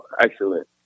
excellent